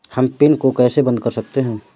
हम पिन को कैसे बंद कर सकते हैं?